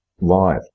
live